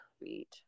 Sweet